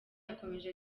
yakomeje